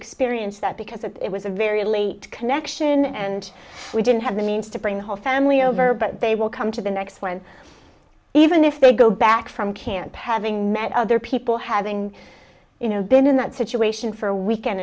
experience that because it was a very late connection and we didn't have the means to bring the whole family over but they will come to the next one even if they go back from can't pay having met other people having been in that situation for a weekend